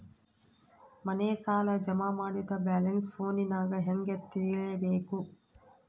ಮನೆ ಸಾಲ ಜಮಾ ಮಾಡಿದ ಬ್ಯಾಲೆನ್ಸ್ ಫೋನಿನಾಗ ಹೆಂಗ ತಿಳೇಬೇಕು?